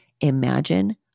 imagine